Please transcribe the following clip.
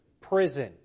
prison